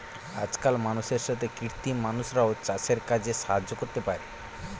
আজকাল মানুষের সাথে কৃত্রিম মানুষরাও চাষের কাজে সাহায্য করতে পারে